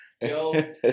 Yo